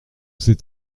c’est